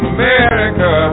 America